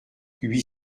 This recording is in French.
huit